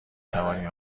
توانی